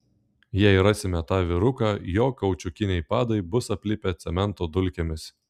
jei rasime tą vyruką jo kaučiukiniai padai bus aplipę cemento dulkėmis